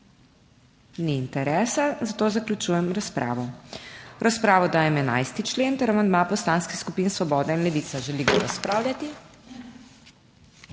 Ni interesa, zato zaključujem razpravo. V razpravo dajem 11. člen ter amandma Poslanskih skupin Svoboda in Levica. Želi kdo razpravljati?